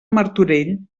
martorell